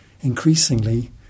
increasingly